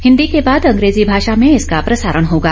हिन्दी के बाद अंग्रेजी भाषा में इसका प्रसारण होगा